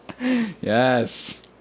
Yes